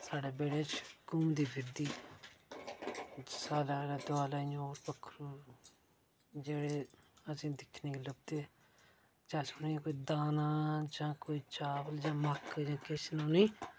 साढ़े बैह्डे़ बिच घूमदी फिरदी साढ़े आले दुआले ओह् इयां पक्खरु जेहडे़ असे़ंगी दिक्खने गी लभदे ते अस उनेंगी दाना जां कोई चाबल जां कोई मक्क जां किश उनेंगी